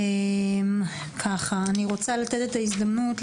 אני גם שמעתי נתונים כפולים מזה,